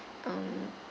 um